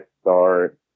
start